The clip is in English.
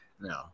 No